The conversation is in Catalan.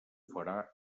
farà